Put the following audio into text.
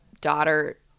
daughter